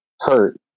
hurt